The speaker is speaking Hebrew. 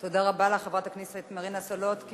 תודה רבה לך, חברת הכנסת מרינה סולודקין.